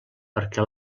perquè